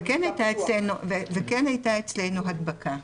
וכן הייתה אצלנו הדבקה.